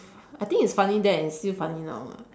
I think it's funny then and still funny now ah